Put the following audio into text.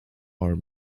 are